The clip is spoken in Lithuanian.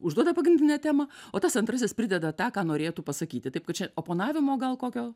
užduoda pagrindinę temą o tas antrasis prideda tą ką norėtų pasakyti taip kad čia oponavimo gal kokio